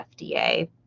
FDA